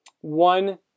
one